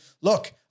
look